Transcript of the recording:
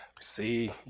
See